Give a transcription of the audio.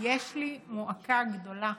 שיש לי מועקה גדולה